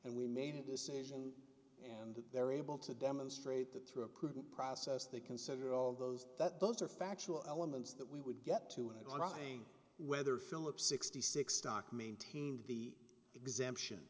and we made a decision and that they were able to demonstrate that through a prudent process they consider all those that those are factual elements that we would get to and writing whether phillips sixty six stock maintained the exemption